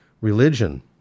religion